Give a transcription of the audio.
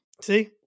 See